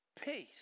peace